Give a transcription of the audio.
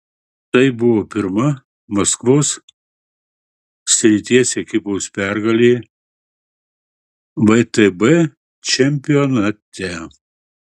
tai buvo pirma maskvos srities ekipos pergalė vtb čempionate